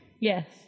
Yes